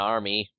Army